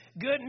Good